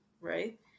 right